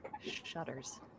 shudders